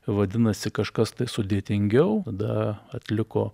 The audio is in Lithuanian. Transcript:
vadinasi kažkas tai sudėtingiau tada atliko